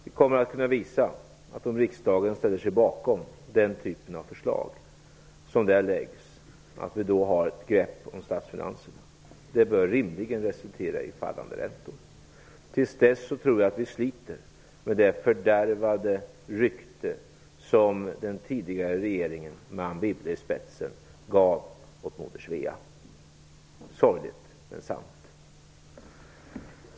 Vi kommer att kunna visa att vi, om riksdagen ställer sig bakom den typ av förslag som läggs fram, har ett grepp om statsfinanserna. Det bör rimligen resultera i fallande räntor. Till dess tror jag att vi sliter med det fördärvade rykte som den tidigare regeringen med Anne Wibble i spetsen gav Moder Svea. Sorgligt, men sant!